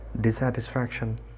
dissatisfaction